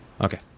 Okay